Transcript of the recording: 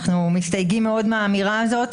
אנחנו מסתייגים מאוד מהאמירה הזאת.